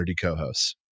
co-hosts